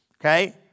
okay